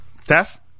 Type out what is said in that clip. Steph